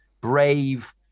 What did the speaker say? brave